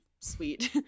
sweet